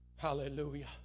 Hallelujah